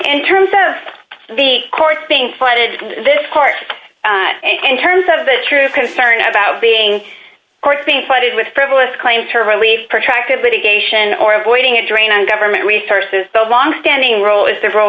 in terms of the courts being flooded this court in terms of a true concern about being course being flooded with frivolous claims for relief protracted litigation or avoiding a drain on government resources the long standing role is the role